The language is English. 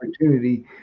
opportunity